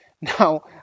Now